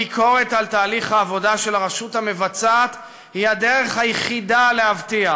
הביקורת על תהליך העבודה של הרשות המבצעת היא הדרך היחידה להבטיח